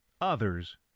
Others